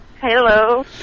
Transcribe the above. Hello